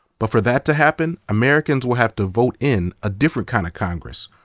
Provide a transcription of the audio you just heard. but for that to happen, americans will have to vote in a different kind of congress.